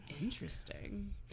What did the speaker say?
Interesting